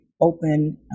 open